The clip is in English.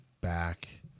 back